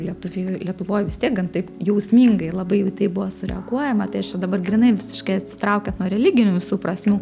lietuvių lietuvoj vis tiek gan taip jausmingai labai taip buvo sureaguojama tai aš čia dabar grynai visiškai atsitraukiant nuo religinių visų prasmių